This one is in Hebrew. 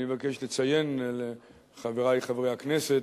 אני מבקש לציין לחברי חברי הכנסת,